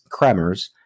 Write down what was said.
Kremers